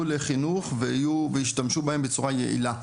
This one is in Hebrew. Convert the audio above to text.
לחינוך ויהיו וישתמשו בהם בצורה יעילה.